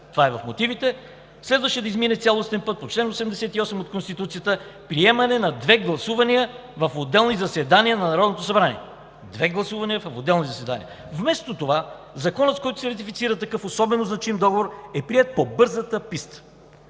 това е в мотивите, следваше да измине цялостния път по чл. 88 от Конституцията – приемане на две гласувания в отделни заседания на Народното събрание“. Две гласувания в отделни заседания! „Вместо това Законът, с който се ратифицира такъв особено значим договор, бе приет по „бързата писта“.“